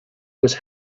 was